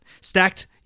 stacked